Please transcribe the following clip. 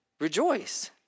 Rejoice